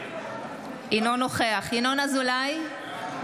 אינו נוכח ינון אזולאי,